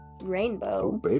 Rainbow